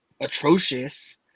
atrocious